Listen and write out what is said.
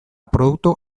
produktu